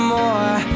more